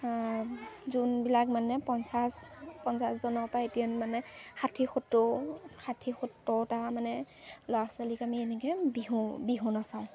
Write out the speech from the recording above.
যোনবিলাক মানে পঞ্চাছ পঞ্চাছজনৰ পৰা এতিয়া মানে ষাঠি সত্তৰ ষাঠি সত্তৰ তাৰ মানে ল'ৰা ছোৱালীক আমি এনেকৈ বিহু বিহু নচাওঁ